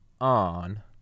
on